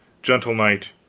gentle knight,